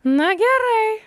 na gerai